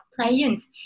clients